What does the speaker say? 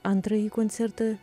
antrąjį koncertą